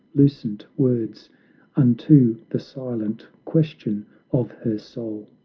lucent words unto the silent question of her soul.